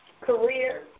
career